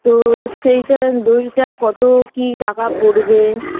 তো সেইটা দইটা কত কি টাকা পড়বে